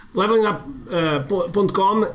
levelingup.com